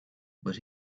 but